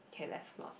okay let's not